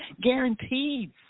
Guaranteed